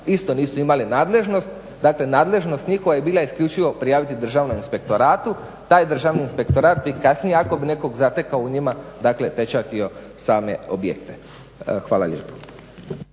isto nisu imali nadležnost. Nadležnost njihova je bila isključivo prijaviti državnom inspektoratu. Taj državni inspektorat bi kasnije ako bi nekog zatekao u njima dakle, pečatio same objekte. Hvala lijepo.